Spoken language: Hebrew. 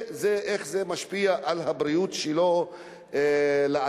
איך זה משפיע על הבריאות שלו לעתיד.